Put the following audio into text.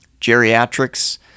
geriatrics